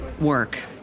work